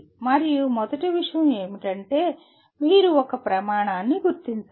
మరియు మొదటి విషయం ఏమిటంటే మీరు ఒక ప్రమాణాన్ని గుర్తించాలి